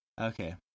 Okay